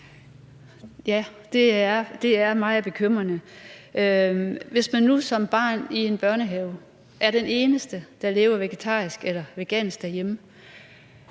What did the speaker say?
Ja, det er meget bekymrende. Hvis man nu som barn i en børnehave er den eneste, der lever vegetarisk eller vegansk derhjemme,